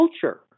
culture